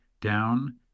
down